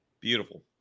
Beautiful